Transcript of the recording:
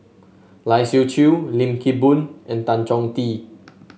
Lai Siu Chiu Lim Kim Boon and Tan Chong Tee